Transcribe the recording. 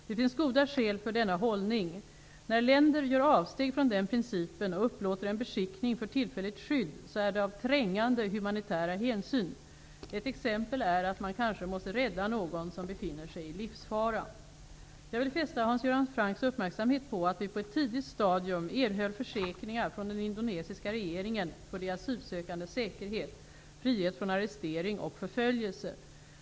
Det finns goda skäl för denna hållning. När länder gör avsteg från den principen och upplåter en beskickning för tillfälligt skydd så är det av trängande humanitära hänsyn. Ett exempel är att man kanske måste rädda någon som befinner sig i livsfara. Jag vill fästa Hans Göran Francks uppmärksamhet på att vi på ett tidigt stadium erhöll försäkringar från den indonesiska regeringen för de asylsökandes säkerhet, frihet från arrestering och förföljelse.